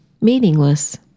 meaningless